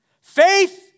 Faith